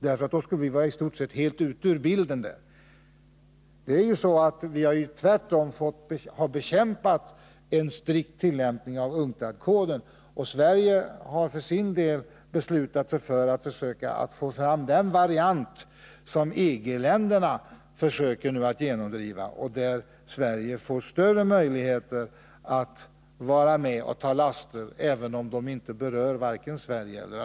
Då skulle vi där vara i stort sett helt ute ur bilden. Vi har tvärtom bekämpat en strikt tillämpning av UNCTAD-koden. Sverige har för sin del beslutat stödja den variant som EG-länderna nu försöker genomdriva och som skulle innebära att Sverige fick större möjligheter att ta laster, även om de inte berör Sverige.